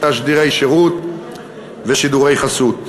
תשדירי שירות ושידורי חסות.